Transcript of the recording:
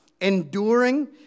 enduring